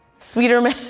sweeterman